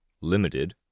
Limited